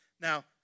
Now